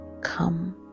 come